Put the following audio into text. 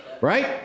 Right